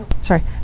Sorry